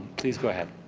please go ahead.